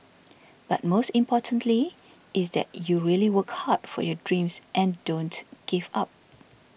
but most importantly is that you really work hard for your dreams and don't give up